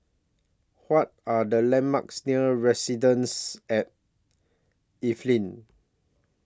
What Are The landmarks near Residences At Evelyn